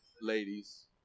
ladies